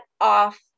off